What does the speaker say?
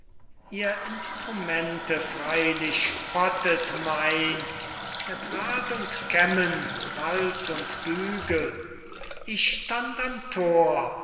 ihr instrumente freylich spottet mein mit rad und kämmen walz und bügel ich stand am thor